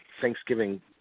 Thanksgiving –